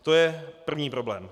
To je první problém.